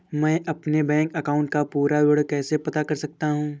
मैं अपने bank account का पूरा विवरण कैसे पता कर सकता हूँ?